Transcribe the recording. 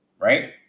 Right